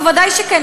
ודאי שכן.